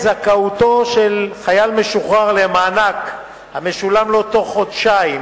זכאותו של חייל משוחרר למענק המשולם לו תוך חודשיים